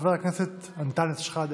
חבר הכנסת אנטאנס שחאדה,